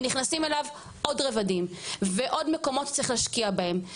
ונכנסים אליו עוד רבדים ועוד מקומות שצריך להשקיע בהם,